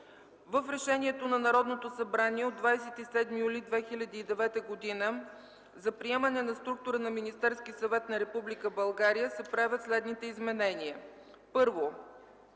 В Решението на Народното събрание от 27 юли 2009 г. за приемане на структура на Министерския съвет на Република България се правят следните изменения: